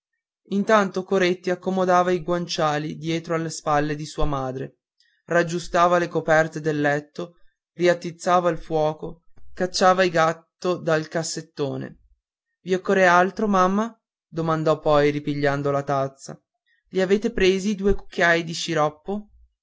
intanto coretti accomodava i guanciali dietro alle spalle di sua madre raggiustava le coperte del letto riattizzava il fuoco cacciava il gatto dal cassettone i occorre altro mamma domandò poi ripigliando la tazza i avete presi i due cucchiaini di siroppo